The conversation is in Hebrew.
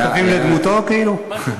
קווים לדמותו, כאילו?